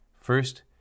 First